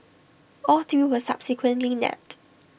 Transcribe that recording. all three were subsequently nabbed